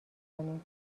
کنیم